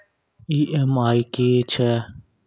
EMI की छिये?